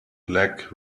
black